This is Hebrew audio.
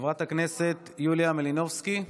חברת הכנסת יוליה מלינובסקי,